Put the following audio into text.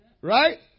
Right